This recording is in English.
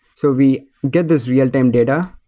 so we get this real time data.